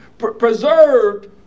preserved